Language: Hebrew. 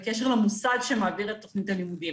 פרמדיק שיש לו תעודת פלבוטומיסט,